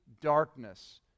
darkness